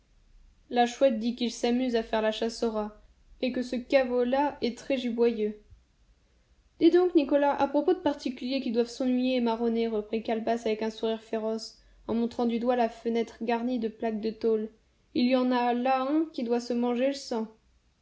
la chouette dit qu'il s'amuse à faire la chasse aux rats et que ce caveau là est très giboyeux dis donc nicolas à propos de particuliers qui doivent s'ennuyer et marronner reprit calebasse avec un sourire féroce en montrant du doigt la fenêtre garnie de plaques de tôle il y en a là un qui doit se manger le sang